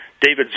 David